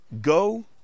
Go